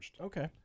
Okay